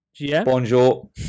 Bonjour